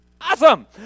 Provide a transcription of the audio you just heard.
awesome